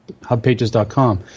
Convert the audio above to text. hubpages.com